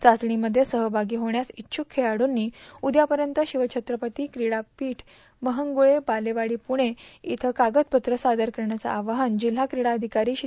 चाचणीमध्ये सहमागी होण्यास इच्छ्क खेळाडूंनी उद्यापर्यंत शिवछत्रपती क्रीडापीठ म्हाळूंगे बालेवाडी पुणे इथं कागदपत्र सादर करण्याचं आवाहन जिल्हा क्रीडा अधिकारी श्री